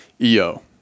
eo